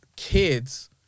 kids